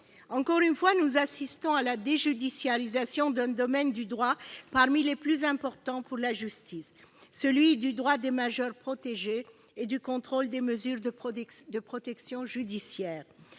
Encore une fois, nous assistons à la déjudiciarisation d'un domaine du droit parmi les plus importants pour la justice, celui du droit des majeurs protégés et du contrôle des mesures de protection judiciaire.